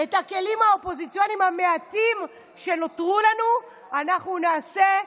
בכלים האופוזיציוניים המעטים שנותרו לנו אנחנו נשתמש,